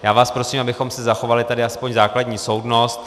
Já vás prosím, abychom si zachovali aspoň základní soudnost.